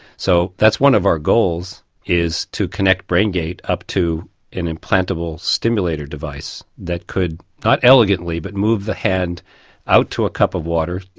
so that's one of our goals, is to connect brain gate up to an implantable stimulator device that could not elegantly but move the hand out to a cup of water,